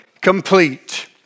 Complete